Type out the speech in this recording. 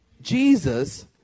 Jesus